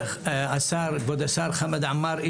כבוד השר חמד עמאר,